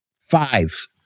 Five